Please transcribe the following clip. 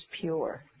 pure